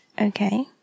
okay